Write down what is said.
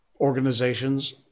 organizations